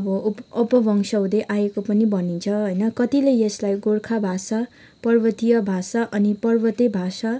अब उप अपभ्रंश हुँदै आएको पनि भनिन्छ होइन कतिले यसलाई गोर्खा भाषा पर्वतीय भाषा अनि पर्वते भाषा